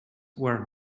were